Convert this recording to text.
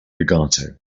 legato